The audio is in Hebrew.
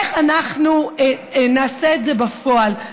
איך אנחנו נעשה את זה בפועל.